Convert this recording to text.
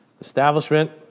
Establishment